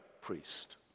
priest